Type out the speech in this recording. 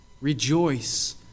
Rejoice